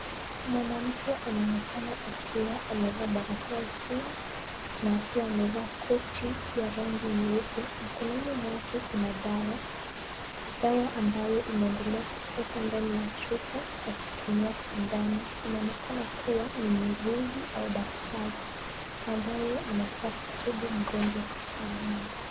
Mwanamke anaonekana akiwa amevaa barakoa usoni na akiwa amevaa koti ya rangi nyeupe. Mkononi mwake kuna dawa, dawa ambayo inaendelea kutoka ndani ya chupa akitumia sindano. Inaonekana kuwa ni muuguzi au daktari ambaye anataka kutibu mgonjwa hospitalini.